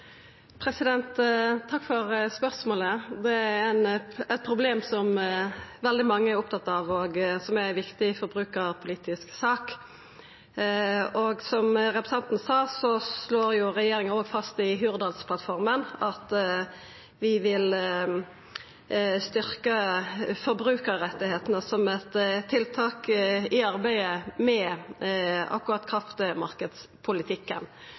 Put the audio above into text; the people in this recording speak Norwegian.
Takk for spørsmålet. Det er eit problem som veldig mange er opptatt av, og som er ei viktig forbrukarpolitisk sak. Som representanten sa, slår regjeringa fast i Hurdalsplattforma at vi vil styrkja forbrukarrettane som eit tiltak i arbeidet med